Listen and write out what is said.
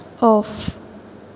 of